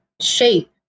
shape